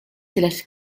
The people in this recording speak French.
seconde